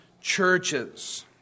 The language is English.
churches